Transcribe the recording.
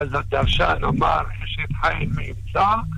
אז הדרשן אמר אשת חייל מי ימצא